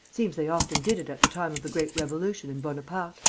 seems they often did it at the time of the great revolution and bonaparte.